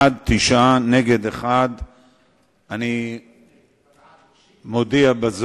בעד, 9, נגד, 1. אתה בעד מוקשים?